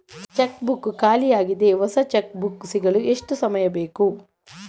Check book ಖಾಲಿ ಯಾಗಿದೆ, ಹೊಸ ಚೆಕ್ ಬುಕ್ ಸಿಗಲು ಎಷ್ಟು ಸಮಯ ಬೇಕು?